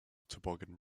toboggan